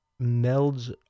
melds